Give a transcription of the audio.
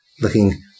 looking